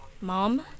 Mom